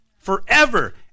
forever